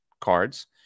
cards